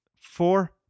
Four